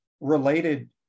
related